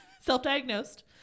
Self-diagnosed